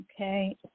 Okay